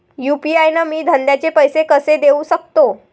UPI न मी धंद्याचे पैसे कसे देऊ सकतो?